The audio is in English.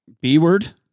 B-word